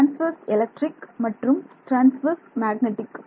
transverse electric மற்றும் transverse magnetic